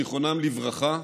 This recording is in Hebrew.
זיכרונם לברכה,